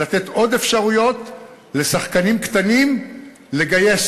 לתת עוד אפשרויות לשחקנים קטנים לגייס